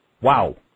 wow